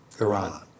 Iran